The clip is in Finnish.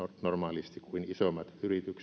normaalisti kuin isommille yrityksille